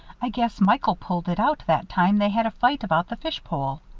i guess michael pulled it out that time they had a fight about the fish-pole.